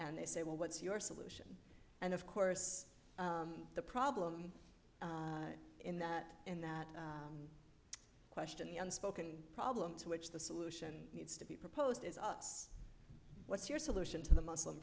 and they say well what's your solution and of course the problem in that in that question the unspoken problem to which the solution needs to be proposed is what's your solution to the muslim